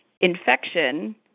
Infection